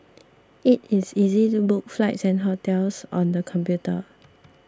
it is easy to book flights and hotels on the computer